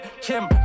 Kim